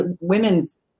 women's